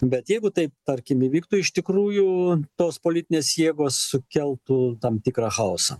bet jeigu taip tarkim įvyktų iš tikrųjų tos politinės jėgos sukeltų tam tikrą chaosą